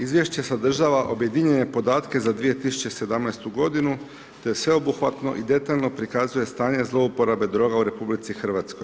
Izvješće sadržava objedinjene podatke za 2017. godinu te sveobuhvatno i detaljno prikazuje stanje zlouporabe droga u RH.